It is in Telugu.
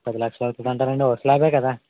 పది లక్షలు అవుతుందంటారా అండి ఒక స్లాబే కదా